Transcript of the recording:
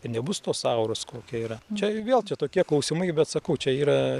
nebus tos auros kokia yra čia vėl čia tokie klausimai bet sakau čia yra